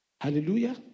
Hallelujah